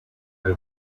tell